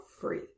free